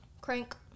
Crank